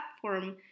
platform